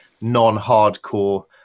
non-hardcore